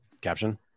caption